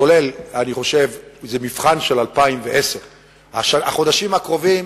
כולל, אני חושב, מבחן של 2010. החודשים הקרובים